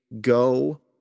go